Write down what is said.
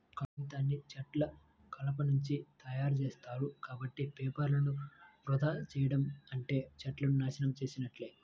కాగితాన్ని చెట్ల కలపనుంచి తయ్యారుజేత్తారు, కాబట్టి పేపర్లను వృధా చెయ్యడం అంటే చెట్లను నాశనం చేసున్నట్లే